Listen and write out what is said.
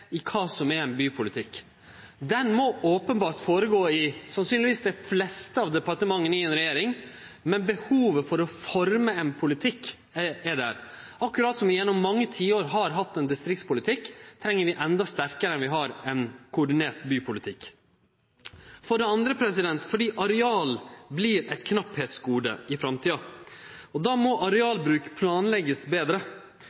i kva som er bypolitikk. Denne må openbert føregå i – sannsynlegvis – dei fleste av departementa i ei regjering, men behovet for å forme ein politikk er der. Akkurat som ein gjennom mange tiår har hatt ein distriktspolitikk, treng vi endå sterkare enn det vi har, ein koordinert bypolitikk. For det andre vert areal eit gode det blir knappheit på i framtida. Då må